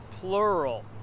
plural